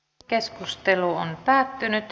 keskustelu päättyi